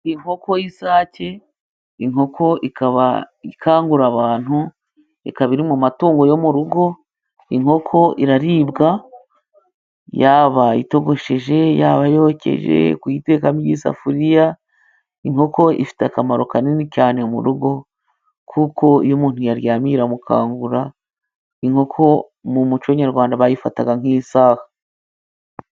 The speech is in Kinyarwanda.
Inkoko y'isake, inkoko ikaba ikangura abantu, ikaba iri mu matungo yo mu rugo. Inkoko iraribwa yaba itogosheje, yaba yokeje, kuyitekamo igisafuriya, inkoko ifite akamaro kanini cyane mu rugo, kuko iyo umuntu yaryamiye iramukangura. Inkoko mu muco nyarwanda bayifataga nk'isaha.